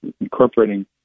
incorporating